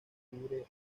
descubre